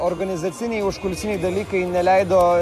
organizaciniai užkulisiniai dalykai neleido